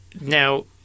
Now